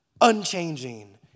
unchanging